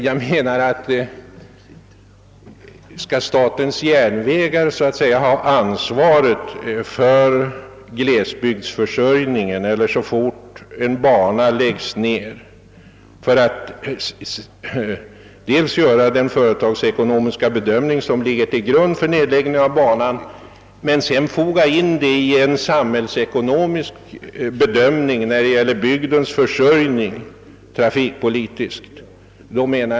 Jag menar att man ställer orimliga krav, om SJ i samband med nedläggning av en bandel dels skall göra en företagsekonomisk bedömning, dels även foga in en sådan åtgärd i en samhällsekonomisk avvägning av bygdens försörjning i trafikpolitiskt avseende.